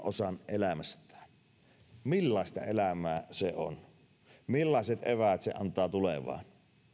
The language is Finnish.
osan elämästään millaista elämää se on millaiset eväät se antaa tulevaan